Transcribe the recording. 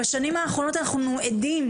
בשנים האחרונות אנחנו עדים,